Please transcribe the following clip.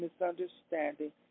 misunderstanding